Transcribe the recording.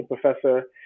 professor